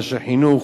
אנשי חינוך,